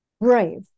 Brave